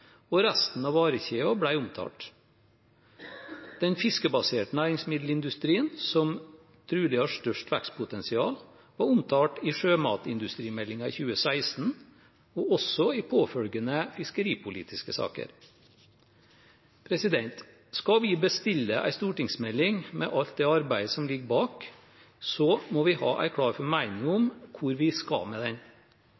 og resten av varekjeden ble omtalt. Den fiskebaserte næringsmiddelindustrien, som trolig har størst vekstpotensial, var omtalt i sjømatindustrimeldingen i 2016 og også i påfølgende fiskeripolitiske saker. Skal vi bestille en stortingsmelding – med alt det arbeidet som ligger bak – må vi ha en klar formening om